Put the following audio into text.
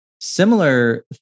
similar